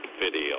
video